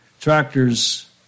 tractors